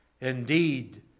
indeed